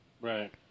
Right